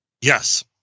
Yes